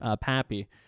Pappy